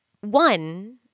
one